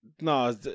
No